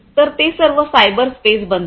तर ते सर्व सायबर स्पेस बनते